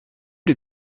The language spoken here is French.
les